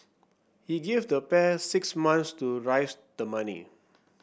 he gave the pair six months to raise the money